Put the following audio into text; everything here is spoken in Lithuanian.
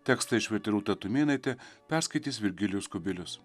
tekstą išvertė rūta tumėnaitė perskaitys virgilijus kubilius